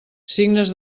signes